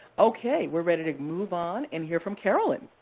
okay, we're ready to move on and hear from carolyn.